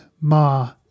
Ma